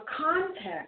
context